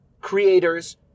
creators